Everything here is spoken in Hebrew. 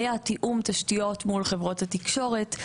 היה תיאום תשתיות מול חברות התקשורת,